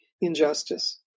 injustice